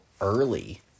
early